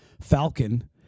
Falcon